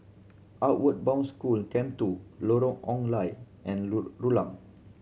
Outward Bound School Camp Two Lorong Ong Lye and Rulang